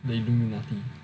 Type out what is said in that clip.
hmm